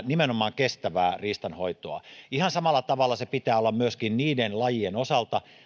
nimenomaan kestävää riistanhoitoa ihan samalla tavalla sen pitää olla myöskin niiden lajien osalta